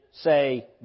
say